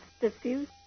diffuse